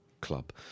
club